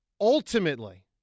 ultimately